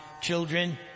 children